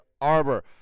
Arbor